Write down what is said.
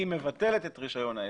היא מבטלת את רישיון העסק.